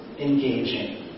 engaging